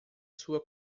sua